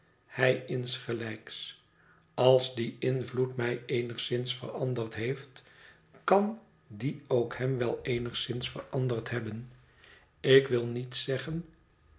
hij insgelijks als die invloed mij eenigszins veranderd heeft kan die ook hem wel eenigszins veranderd hebben ik wil niet zeggen